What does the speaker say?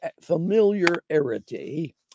familiarity